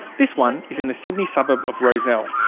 this one is in the sydney suburb of rozelle.